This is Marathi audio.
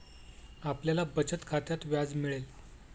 आपल्याला बचत खात्यात व्याज मिळेल